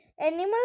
Animal